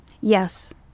Yes